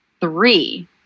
three